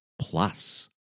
plus